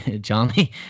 Johnny